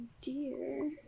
dear